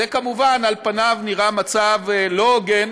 זה כמובן, על פניו, נראה מצב לא הוגן